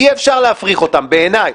אי אפשר להפריך אותם, בעיניי.